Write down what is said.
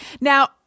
now